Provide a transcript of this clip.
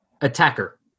attacker